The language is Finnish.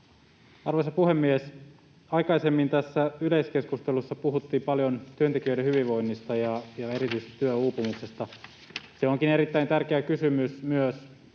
Arvoisa puhemies! Aikaisemmin tässä yleiskeskustelussa puhuttiin paljon työntekijöiden hyvinvoinnista ja erityisesti työuupumuksesta. Se onkin erittäin tärkeä kysymys myös